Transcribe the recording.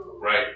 Right